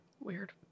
Weird